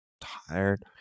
tired